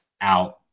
out